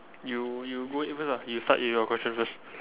you you go in first lah you start with your question first